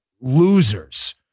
losers